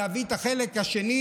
להביא את החלק השני,